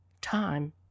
time